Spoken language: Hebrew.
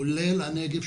כולל הנגב,